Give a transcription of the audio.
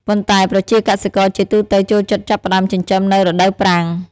ប៉ុន្តែប្រជាកសិករជាទូទៅចូលចិត្តចាប់ផ្ដើមចិញ្ចឹមនៅ រដូវប្រាំង។